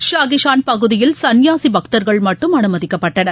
ஷாகிஷான் பகுதியில் சன்யாசி பக்தர்கள் மட்டும் அனுமதிக்கப்பட்டனர்